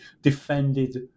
defended